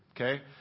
Okay